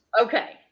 okay